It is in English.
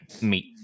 meet